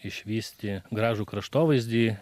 išvysti gražų kraštovaizdį